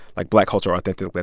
like, black culture, authentic, but